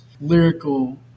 Lyrical